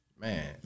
Man